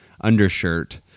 undershirt